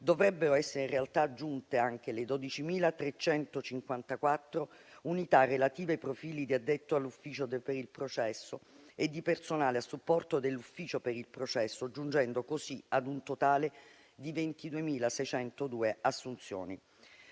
dovrebbero essere in realtà aggiunte anche le 12.354 unità relative ai profili di addetto all'ufficio per il processo e di personale a supporto dell'ufficio per il processo, giungendo così ad un totale di 22.602 assunzioni.